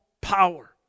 power